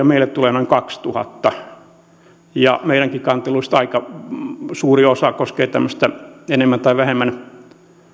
meille tulee noin kaksituhatta ja meidänkin kanteluista aika suuri osa koskee tämmöistä enemmän tai vähemmän